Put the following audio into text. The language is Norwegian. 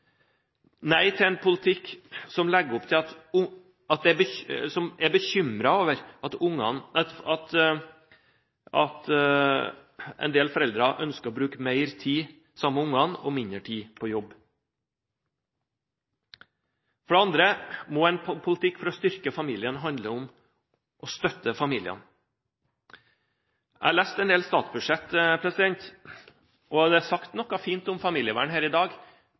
Nei til en politikk som legger opp til at man er bekymret over at en del foreldre ønsker å bruke mer tid sammen med ungene og mindre tid på jobb. For det andre må en politikk for å styrke familien handle om å støtte familien. Jeg har lest en del i statsbudsjettet, og det er sagt noe fint om familievern her i dag.